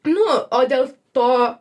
nu o dėl to